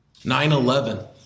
9-11